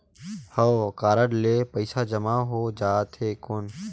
हव कारड ले पइसा जमा हो जाथे कौन?